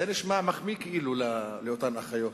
זה נשמע מחמיא, כאילו, לאותן אחיות.